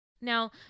Now